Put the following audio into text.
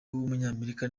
w’umunyamerika